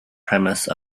premise